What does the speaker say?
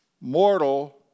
mortal